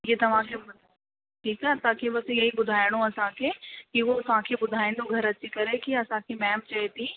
इएं तव्हांखे ठीकु आहे तव्हांखे बसि इहो ई ॿुधाइणो असांखे की हू तव्हांखे ॿुधाईंदो घरु अची करे की असांखे मैम चए थी